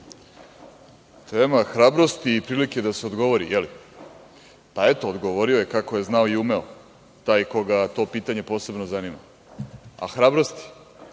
Nema hrabrosti i prilike da se odgovori, je li? Pa, eto, odgovorio je kako je znao i umeo, taj koga to pitanje posebno zanima. A hrabrosti,